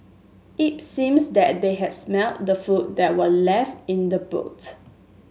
it seems that they had smelt the food that were left in the boot